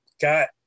got